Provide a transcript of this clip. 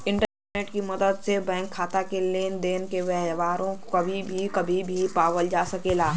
internet क मदद से बैंक खाता क लेन देन क ब्यौरा कही भी कभी भी पावल जा सकल जाला